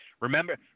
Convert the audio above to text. Remember